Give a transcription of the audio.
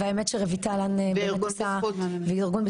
והאמת שרויטל לן באמת עושה --- וארגון בזכות.